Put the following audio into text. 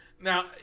now